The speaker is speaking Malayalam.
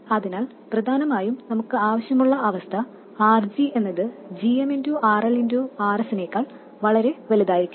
അതിനാൽ പ്രധാനമായും നമുക്ക് ആവശ്യമുള്ള അവസ്ഥ RG എന്നത് gmRLRs നേക്കാൾ വളരെ വലുതായിരിക്കണം